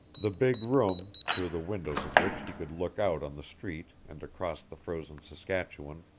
the big room, through the windows of which he could look out on the street and across the frozen saskatchewan,